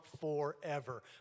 forever